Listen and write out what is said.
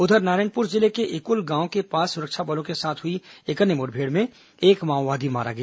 उधर नारायणपुर जिले के इकुल ग्राम के पास सुरक्षा बलों के साथ हुई एक अन्य मुठभेड़ में एक माओवादी मारा गया